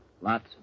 Lots